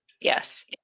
Yes